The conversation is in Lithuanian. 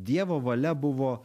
dievo valia buvo